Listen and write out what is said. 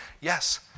Yes